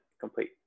complete